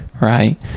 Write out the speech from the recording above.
right